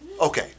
Okay